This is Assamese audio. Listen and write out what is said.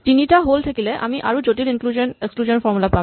তিনিটা হল থাকিলে আমি আৰু জটিল ইনক্লুজন এক্সক্লুজন ফৰ্মূলা পাম